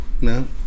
no